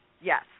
Yes